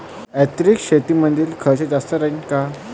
यांत्रिक शेतीमंदील खर्च जास्त राहीन का?